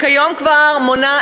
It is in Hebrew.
וכיום הן כבר מונות